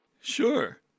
Sure